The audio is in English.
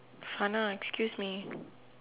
sana excuse me